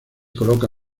coloca